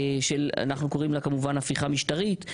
שאנחנו קוראים לזה כמובן הפיכה משטרית.